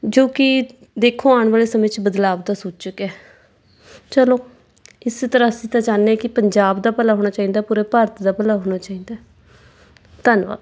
ਜੋ ਕਿ ਦੇਖੋ ਆਉਣ ਵਾਲੇ ਸਮੇਂ 'ਚ ਬਦਲਾਅ ਦਾ ਸੂਚਕ ਹੈ ਚੱਲੋ ਇਸ ਤਰ੍ਹਾਂ ਅਸੀਂ ਤਾਂ ਚਾਹੁੰਦੇ ਹਾਂ ਕਿ ਪੰਜਾਬ ਦਾ ਭਲਾ ਹੋਣਾ ਚਾਹੀਦਾ ਪੂਰੇ ਭਾਰਤ ਦਾ ਭਲਾ ਹੋਣਾ ਚਾਹੀਦਾ ਧੰਨਵਾਦ